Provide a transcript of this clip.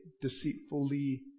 Deceitfully